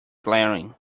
blaring